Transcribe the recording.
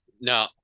No